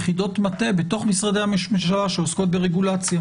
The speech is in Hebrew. יחידות מטה בתוך משרדי הממשלה שעוסקות ברגולציה.